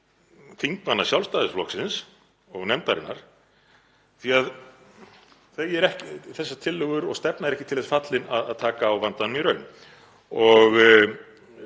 þingmanna Sjálfstæðisflokksins og nefndarinnar því að þessar tillögur og þessi stefna er ekki til þess fallin að taka á vandanum í raun.